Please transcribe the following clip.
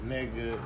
Nigga